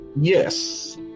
Yes